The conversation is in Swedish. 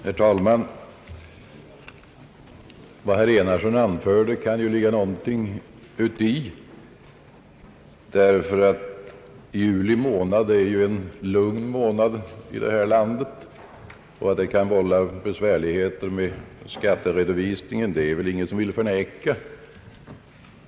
Herr talman! Vad herr Enarsson anförde kan det ligga någonting i. Juli är en lugn månad här i landet, och att det kan bli besvärligheter med skatteredovisningen är det ingen som vill förneka.